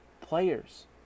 players